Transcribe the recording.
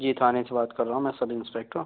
जी थाने से बात कर रहा हूँ मैं सब इंस्पेक्टर्